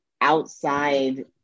outside